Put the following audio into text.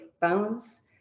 balance